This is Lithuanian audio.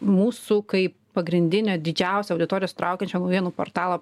mūsų kaip pagrindinio didžiausio auditorijos traukiančio naujienų portalo